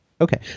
Okay